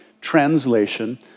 translation